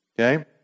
Okay